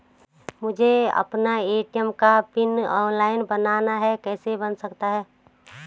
मुझे अपना ए.टी.एम का पिन ऑनलाइन बनाना है कैसे बन सकता है?